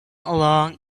along